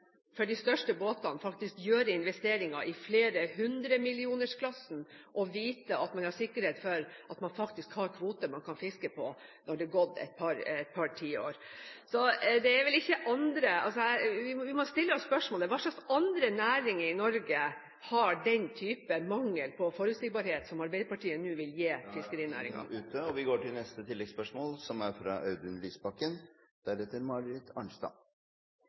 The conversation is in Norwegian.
investeringer i flere hundre millioner-klassen, og vite at man har sikkerhet for at man faktisk har kvoter man kan fiske på når det har gått et par tiår. Vi må stille oss spørsmålet: Hva slags andre næringer i Norge har den typen mangel på forutsigbarhet som Arbeiderpartiet nå vil gi fiskerinæringen? Audun Lysbakken – til oppfølgingsspørsmål. Det vi diskuterer nå, er et spørsmål av enormt stor nasjonal betydning. Det handler om eierskapet til